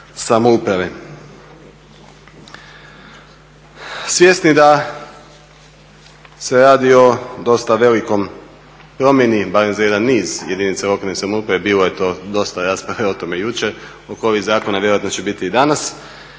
samouprave. Svjesni da se radi o dosta velikoj promjeni, barem za jedan niz jedinica lokalne samouprave, bilo je to dosta rasprave o tome jučer u korist zakona, vjerojatno će biti i danas